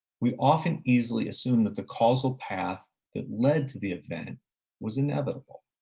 we often easily assume that the causal path that led to the event was inevitable.